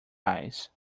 eyes